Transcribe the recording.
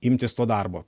imtis to darbo